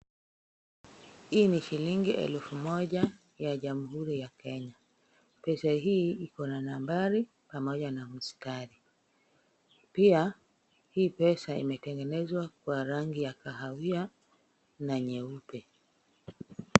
Hii ni shilingi elfu moja ya Jamhuri ya Kenya. Pesa hii iko na nambari pamoja na mistari. Pia hii pesa imetengenezwa kwa rangi ya kahawia na nyeupe.